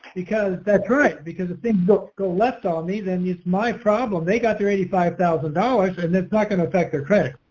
because that right because things don't go left on me then he's my problem, they got their eighty five thousand dollars and it's not gonna affect their credit.